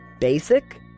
basic